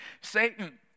Satan